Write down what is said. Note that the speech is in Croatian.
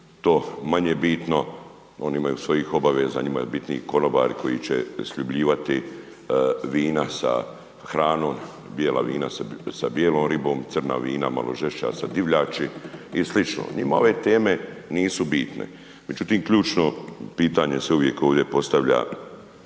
to manje bitno, oni imaju svojih obaveza, njima je bitniji konobari koji će sljubljivati vina sa hranom, bijela vina sa bijelom ribom, crna vina malo žešća sa divljači i sl., njima ove teme nisu bitne. Međutim, ključno pitanje se uvijek ovde postavlja,